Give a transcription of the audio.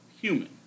human